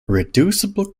reducible